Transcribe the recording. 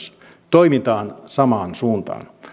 toimitaan samaan suuntaan